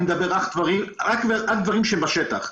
אני מדבר רק דברים בשטח.